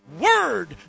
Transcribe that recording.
Word